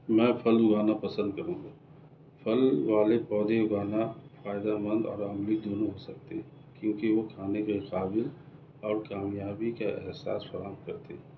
میں پھل اُگانا پسند کروں گا پھل والے پودے اُگانا فائدہ مند اور آمدنی دونوں ہو سکتے ہیں کیونکہ وہ کھانے کے قابل اور کامیابی کے احساس فراہم کرتے ہیں